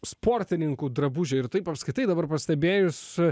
sportininkų drabužiai ir taip apskritai dabar pastebėjus